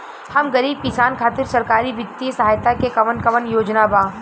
हम गरीब किसान खातिर सरकारी बितिय सहायता के कवन कवन योजना बा?